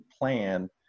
plan